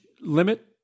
limit